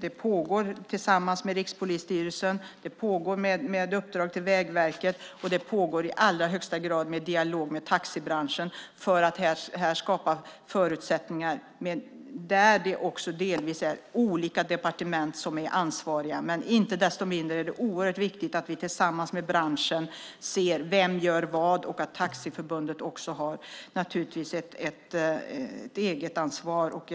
Det pågår tillsammans med Rikspolisstyrelsen och med uppdrag till Vägverket, och det pågår i allra högsta grad i dialog med taxibranschen för att här skapa förutsättningar där det också delvis är olika departement som är ansvariga. Inte desto mindre är det oerhört viktigt att vi tillsammans med branschen ser vem som gör vad och att Taxiförbundet också naturligtvis har ett eget ansvar och